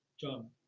john